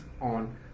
on